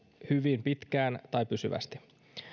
hyvin pitkään tai pysyvästi